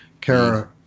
Kara